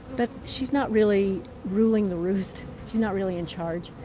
but she's not really ruling the roost. she's not really in charge.